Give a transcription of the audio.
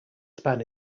span